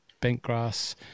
Bentgrass